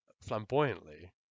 flamboyantly